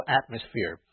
atmosphere